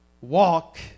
walk